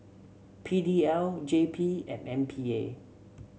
P D L J P and M P A